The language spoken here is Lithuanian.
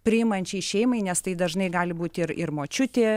priimančiai šeimai nes tai dažnai gali būti ir ir močiutė